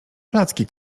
placki